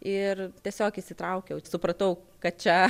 ir tiesiog įsitraukiau supratau kad čia